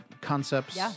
concepts